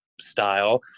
style